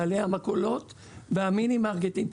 בעלי המכולות והמינימרקטים.